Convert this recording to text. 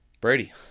Brady